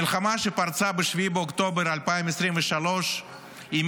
המלחמה שפרצה ב-7 באוקטובר 2023 העמידה